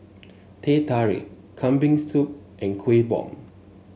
Teh Tarik Kambing Soup and Kuih Bom